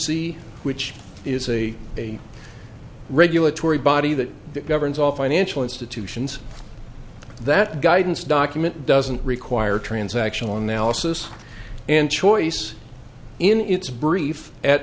c which is a a regulatory body that governs all financial institutions that guidance document doesn't require transactional analysis and choice in its brief a